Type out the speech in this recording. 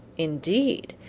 indeed!